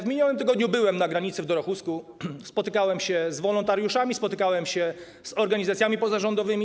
W minionym tygodniu byłem na granicy w Dorohusku, spotykałem się z wolontariuszami, spotykałem się z organizacjami pozarządowymi.